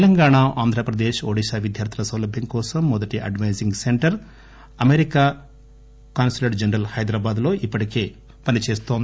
తెలంగాణ ఆంధ్రప్రదేశ్ ఒడిశా విద్యార్దుల సౌలభ్యం కోసం మొదటి advising centre America consulate general లో ఇప్పటికే పని చేస్తుంది